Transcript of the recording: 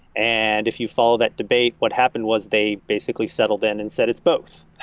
and if you follow that debate, what happened was they basically settled in and said, it's both.